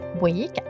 week